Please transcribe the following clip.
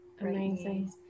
amazing